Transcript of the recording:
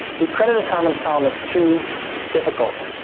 the credit assignment problem is too difficult.